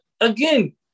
again